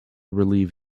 relieve